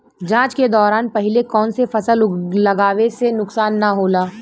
जाँच के दौरान पहिले कौन से फसल लगावे से नुकसान न होला?